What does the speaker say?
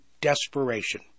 desperation